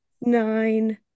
nine